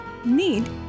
need